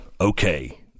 Okay